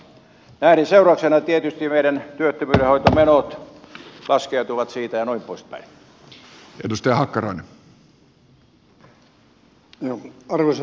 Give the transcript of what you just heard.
näiden seurauksena tietysti meidän työttömyydenhoitomenot laskevat siitä ja noin poispäin